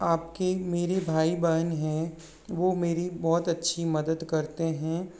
आपकी मेरे भाई बहन है वो मेरी बहुत अच्छी मदद करते हैं